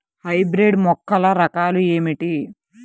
Hybrid మొక్కల రకాలు ఏమిటి?